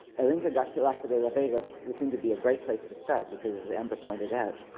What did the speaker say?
el inca garcilaso de la vega would seem to be a great place to start, because as amber pointed out,